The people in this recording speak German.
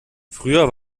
früher